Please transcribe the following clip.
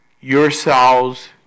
yourselves